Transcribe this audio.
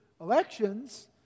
elections